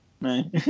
No